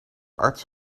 arts